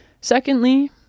Secondly